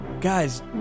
Guys